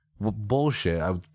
Bullshit